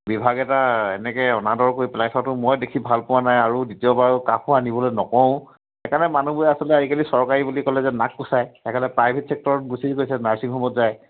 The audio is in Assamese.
বিভাগ এটা এনেকৈ অনাদৰ কৰি পেলাই থোৱাটো মই দেখি ভাল পোৱা নাই আৰু দ্বিতীয়বাৰো কাকো আনিবলৈ নকওঁ সেইকাৰণে মানুহবোৰে আচলতে আজিকালি চৰকাৰী বুলি ক'লে যে নাক কুচায় সেইকাৰণে প্ৰাইভেট চেক্টৰত গুচি গৈছে নাৰ্ছিংহোমত যায়